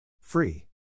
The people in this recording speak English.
Free